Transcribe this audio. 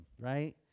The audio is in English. right